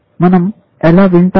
మనం ఎలా వింటాం